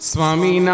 Swami